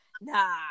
nah